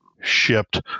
shipped